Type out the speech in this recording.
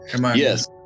Yes